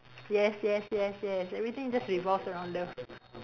yes yes yes yes everything just revolves around love